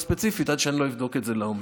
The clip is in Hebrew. ספציפית עד שאני לא אבדוק את זה לעומק.